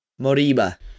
Moriba